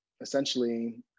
essentially